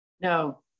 No